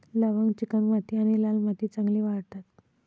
लवंग चिकणमाती आणि लाल मातीत चांगली वाढतात